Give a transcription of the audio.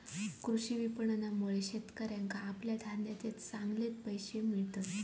कृषी विपणनामुळे शेतकऱ्याका आपल्या धान्याचे चांगले पैशे मिळतत